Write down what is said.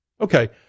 Okay